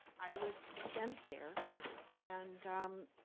i was sent there and